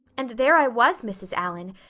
and there i was, mrs. allan,